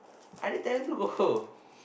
I already tell him to go